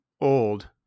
old